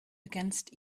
against